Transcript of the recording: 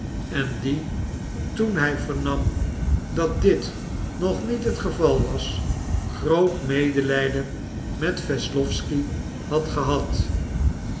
en die toen hij vernam dat dit nog niet het geval was groot medelijden met wesslowsky had gehad